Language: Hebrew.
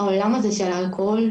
העולם הזה של האלכוהול,